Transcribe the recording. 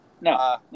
No